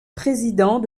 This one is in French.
président